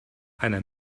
einer